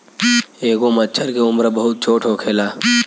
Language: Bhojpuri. एगो मछर के उम्र बहुत छोट होखेला